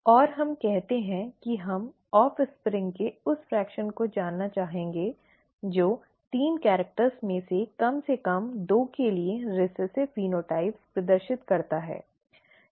और हम कहते हैं कि हम offspring ऑफ़्स्प्रिंग के उस अंश को जानना चाहेंगे जो तीन कैरेक्टर्स में से कम से कम दो के लिए रिसेसिव फेनोटाइप प्रदर्शित करता है